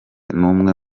n’umwe